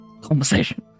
Conversation